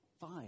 five